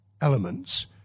elements